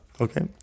Okay